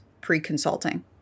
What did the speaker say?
pre-consulting